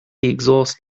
exhaust